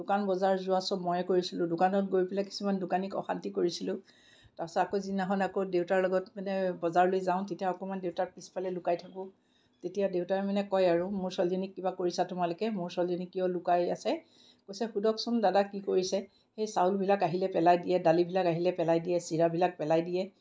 দোকান বজাৰ যোৱা চব ময়ে কৰিছিলোঁ দোকানত গৈ পেলাই কিছুমান দোকানীক অশান্তি কৰিছিলোঁ তাৰপিছত আকৌ যিদিনাখন আকৌ দেউতাৰ লগত মানে বজাৰলৈ যাওঁ তেতিয়া আকৌ মই দেউতাৰ পিছফালে লুকাই থাকোঁ তেতিয়া দেউতাই মানে কয় আৰু মোৰ ছোৱালীজনীক কিবা কৰিছা তোমালোকে মোৰ ছোৱালীজনী কিয় লুকাই আছে কৈছে সোধকচোন দাদা কি কৰিছে এই চাউলবিলাক আহিলে পেলাই দিয়ে দালিবিলাক আহিলে পেলাই দিয়ে চিৰাবিলাক পেলাই দিয়ে